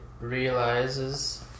realizes